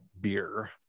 beer